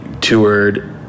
toured